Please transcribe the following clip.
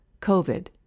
COVID